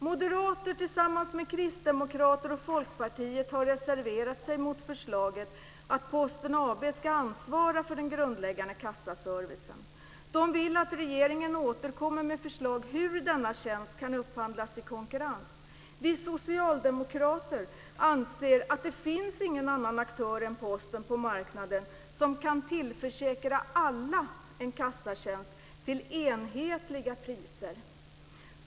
Moderater, kristdemokrater och folkpartister har reserverat sig mot förslaget att Posten AB ska ansvara för den grundläggande kassaservicen. De vill att regeringen återkommer med förslag om hur denna tjänst kan upphandlas i konkurrens. Vi socialdemokrater anser att det inte finns någon annan aktör än Posten på marknaden som kan tillförsäkra alla en kassatjänst till enhetliga priser.